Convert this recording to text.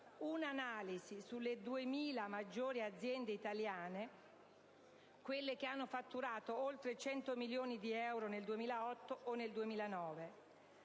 un'analisi sulle 2.000 maggiori aziende italiane (quelle che hanno fatturato oltre 100 milioni di euro nel 2008 o nel 2009).